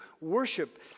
worship